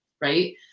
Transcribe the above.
right